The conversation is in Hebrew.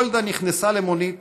גולדה נכנסה למונית,